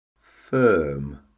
firm